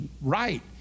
right